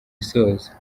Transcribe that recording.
isoza